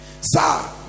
Sir